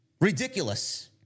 Ridiculous